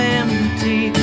empty